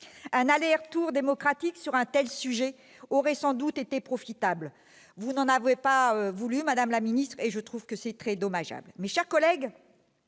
Un aller et retour démocratique sur un tel sujet aurait sans doute été profitable. Vous n'en avez plus voulu, madame la garde des sceaux, ce qui me semble très dommageable. Mes chers collègues,